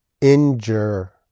injure